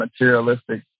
materialistic